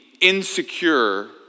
insecure